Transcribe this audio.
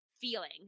feeling